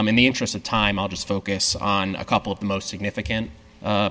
in the interest of time i'll just focus on a couple of the most significant